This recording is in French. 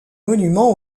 monument